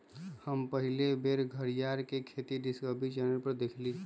हम पहिल बेर घरीयार के खेती डिस्कवरी चैनल पर देखली